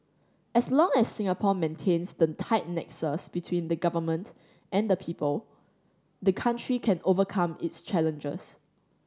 as long as Singapore maintains the tight nexus between the Government and people the country can overcome its challenges